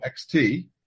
XT